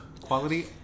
quality